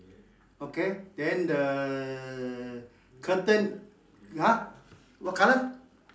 okay then the curtain !huh! what colour